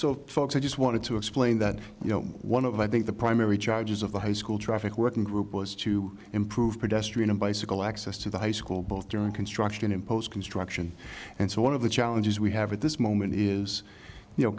so folks i just wanted to explain that you know one of i think the primary charges of the high school traffic working group was to improve pedestrian and bicycle access to the high school both during construction in post construction and so one of the challenges we have at this moment is you know